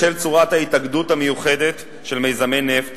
בשל צורת ההתאגדות המיוחדת של מיזמי נפט